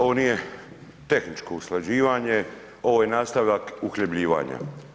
Ovo nije tehničko usklađivanje ovo je nastavak uhljebljivanja.